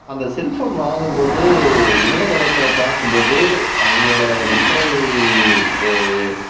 அந்த cell phone வாங்கும் போது இணையத்தளத்தில் பார்க்கும் போது அவங்களோட விற்பனை